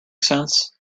sense